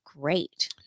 great